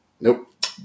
Nope